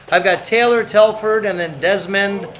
um got taylor telford and then desmond,